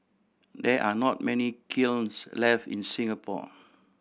there are not many kilns left in Singapore